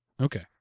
Okay